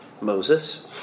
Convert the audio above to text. Moses